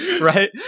Right